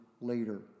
later